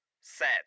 set